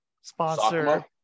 Sponsor